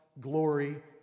glory